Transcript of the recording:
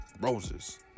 roses